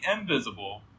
invisible